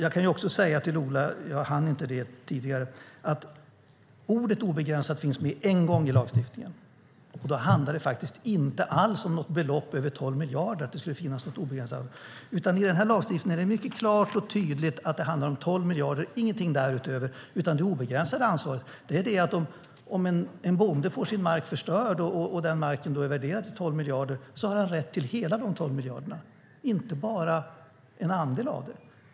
Jag kan också säga till Ola, vilket jag inte hann tidigare, att ordet obegränsat finns med en gång i lagstiftningen. Då handlar det inte alls om något belopp över 12 miljarder. I denna lagstiftning är det mycket klart och tydligt att det handlar om 12 miljarder, ingenting därutöver. Det obegränsade ansvaret är att om en bonde får sin mark förstörd och den marken är värderad till 12 miljarder har han rätt till hela summan 12 miljarder, inte bara en andel av den.